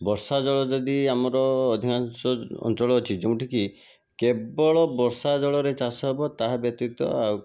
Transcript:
ବର୍ଷା ଜଳ ଯଦି ଆମର ଅଧିକାଂଶ ଅଞ୍ଚଳ ଅଛି ଯେଉଁଠିକି କେବଳ ବର୍ଷା ଜଳରେ ଚାଷ ହେବ ତାହା ବ୍ୟତୀତ ଆଉ